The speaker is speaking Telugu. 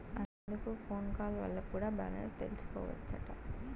అంతెందుకు ఫోన్ కాల్ వల్ల కూడా బాలెన్స్ తెల్సికోవచ్చట